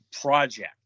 project